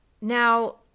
Now